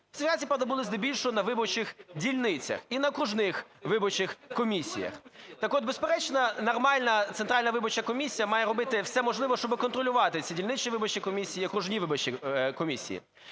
Фальсифікації були здебільшого на виборчих дільницях і на окружних виборчих комісіях. Так от, безперечно, нормальна Центральна виборча комісія має робити все можливе, щоб контролювати ці дільничні виборчі комісії і окружні виборчі комісії.